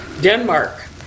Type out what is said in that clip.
Denmark